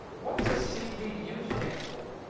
what does cpu stand for?